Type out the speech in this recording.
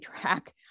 track